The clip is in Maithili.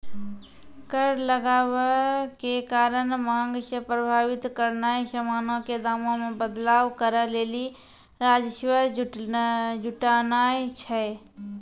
कर लगाबै के कारण मांग के प्रभावित करनाय समानो के दामो मे बदलाव करै लेली राजस्व जुटानाय छै